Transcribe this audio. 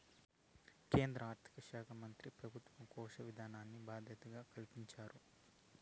కేంద్ర ఆర్థిక శాకా మంత్రి పెబుత్వ కోశ విధానాల్కి బాధ్యత కలిగించారు